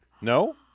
No